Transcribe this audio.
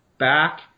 back